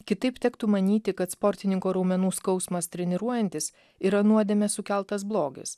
kitaip tektų manyti kad sportininko raumenų skausmas treniruojantis yra nuodėmės sukeltas blogis